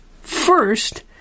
first